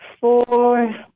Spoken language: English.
four